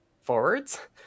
forwards